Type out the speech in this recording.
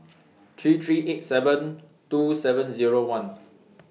three three eight seven two seven Zero one